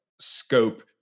scope